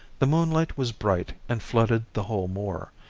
the moonlight was bright, and flooded the whole moor,